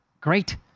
great